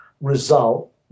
result